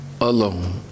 alone